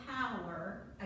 power